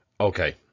okay